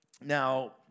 now